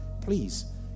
please